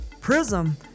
PRISM